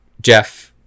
Jeff